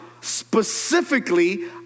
specifically